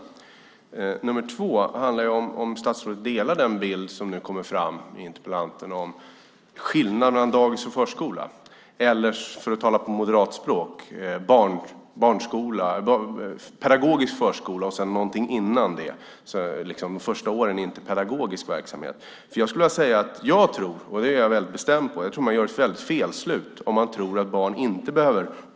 Fråga nr 2 är om statsrådet delar den bild som nu kommer fram från interpellanten om skillnaden mellan förskola och dagis eller, för att tala moderatspråk, pedagogisk förskola och någonting annat före det, det vill säga att de första åren inte skulle vara pedagogisk verksamhet. Jag tror, och där är jag väldigt bestämd, att man gör ett väldigt felslut om man tror att barn inte behöver det.